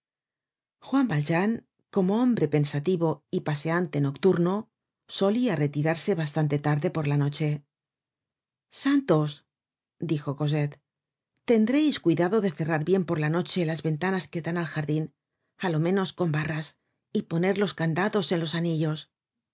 juan valjean como hombre pensativo y pascante nocturno soba retirarse bastante tarde por la noche santos dijo cosette tendreis cuidado de cerrar bien por la noche las ventanas que dan al jardin á lo menos con barras y poner los candados en los anillos oh